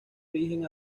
origen